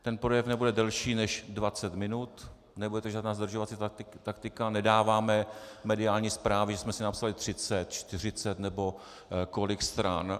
Ten projev nebude delší než dvacet minut, nebude tady žádná zdržovací taktika, nedáváme mediální zprávy, že jsme si napsali třicet, čtyřicet nebo kolik stran.